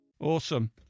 awesome